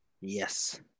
Yes